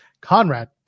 Conrad